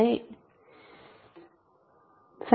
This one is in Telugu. i